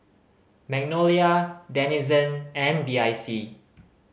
Magnolia Denizen and B I C